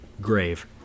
grave